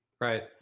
Right